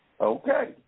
Okay